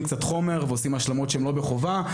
ועושים השלמות שהם לא בחובה.